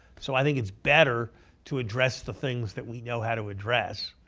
so i think it's better to address the things that we know how to address.